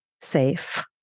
safe